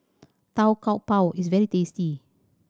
Tau Kwa Pau is very tasty